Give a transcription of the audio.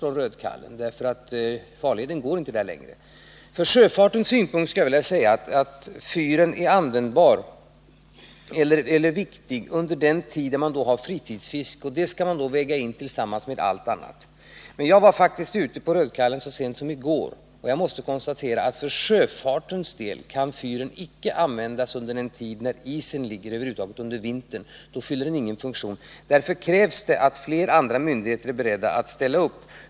Orsaken härtill är att farleden inte längre ligger där. Jag skulle vilja säga att fyren är viktig för sjöfarten under den tid fritidsfisket pågår. Detta skall då vägas in tillsammans med allt annat. Jag var faktiskt ute på Rödkallen så sent som i går och måste konstatera att för sjöfarten kan fyren icke användas under den tid isen ligger, dvs. under vintern. Därför krävs det att flera myndigheter är beredda att ställa upp.